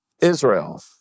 Israel